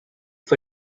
for